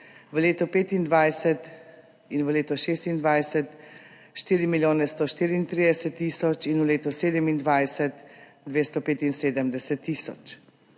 v letu 2025 in v leto 2026 4 milijone 134 tisoč in v letu 2027 2 75 tisoč.